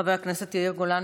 חבר הכנסת יאיר גולן,